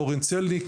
אורן צלניק,